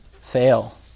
fail